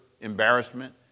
embarrassment